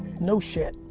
no shit.